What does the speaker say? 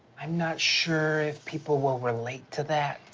i'm not sure if people will relate to that.